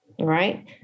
right